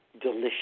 delicious